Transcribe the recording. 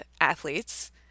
athletes